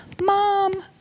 Mom